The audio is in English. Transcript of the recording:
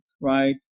right